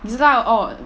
你知道 oh